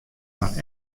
mar